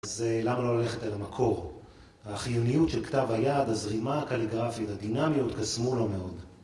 אז למה לא ללכת אל המקור? החיוניות של כתב היד, הזרימה הקליגרפית, הדינמיות, קסמו לו מאוד.